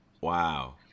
wow